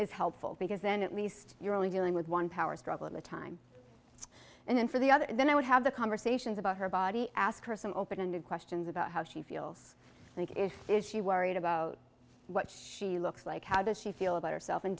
is helpful because then at least you're only dealing with one power struggle at a time and then for the other then i would have the conversations about her body ask her some open ended questions about how she feels think is is she worried about what she looks like how does she feel about herself and